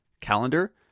calendar